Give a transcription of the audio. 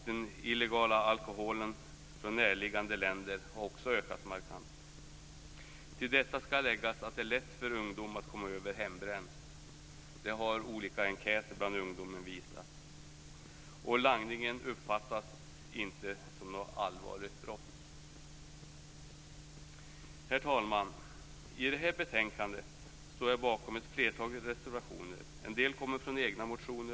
Den illegala alkoholen från näraliggande länder har också ökat markant. Till detta skall läggas att det är lätt för ungdomar att komma över hembränt. Det har olika enkäter bland ungdomar visat. Langningen uppfattas inte som något allvarligt brott. Herr talman! I det här betänkandet står jag bakom ett flertal reservationer. En del kommer från egna motioner.